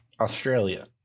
australia